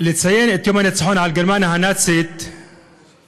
לציין את יום הניצחון על גרמניה הנאצית סוף-סוף,